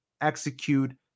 execute